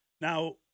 Now